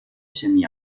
semi